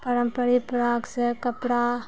परम्परिक पराक से कपड़ा